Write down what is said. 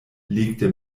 legte